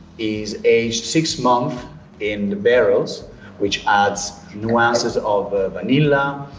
is aged six month in the barrels which adds nuances of ah vanilla.